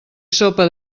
sopa